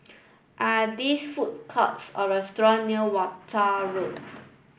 are there food courts or restaurants near Walton Road